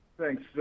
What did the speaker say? Thanks